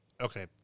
Okay